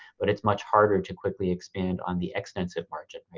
but it's much harder to quickly expand on the extensive margin, right?